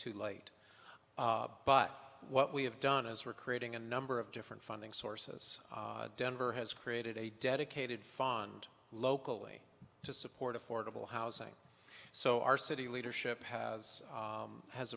too late but what we have done is we're creating a number of different funding sources denver has created a dedicated fund locally to support affordable housing so our city leadership has has